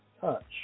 touch